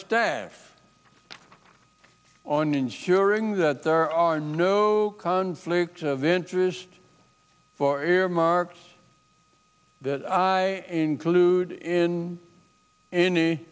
staff on ensuring that there are no conflicts of interest for earmarks that i include in any